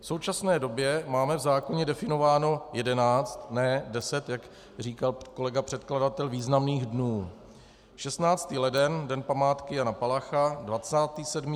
V současné době máme v zákoně definovaných jedenáct, ne deset, jak říkal kolega předkladatel, významných dnů: 16. leden Den památky Jana Palacha, 27.